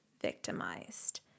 victimized